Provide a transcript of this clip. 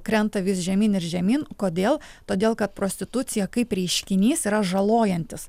krenta vis žemyn ir žemyn kodėl todėl kad prostitucija kaip reiškinys yra žalojantis